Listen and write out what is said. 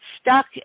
stuck